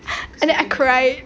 and then I cried